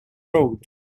road